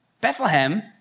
Bethlehem